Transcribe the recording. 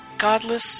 godless